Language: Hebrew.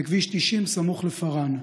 בכביש 90, סמוך לפארן.